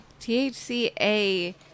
THCA